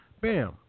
Bam